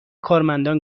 کارمندان